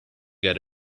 get